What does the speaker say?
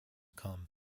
come